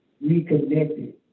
reconnected